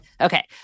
Okay